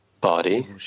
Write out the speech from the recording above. body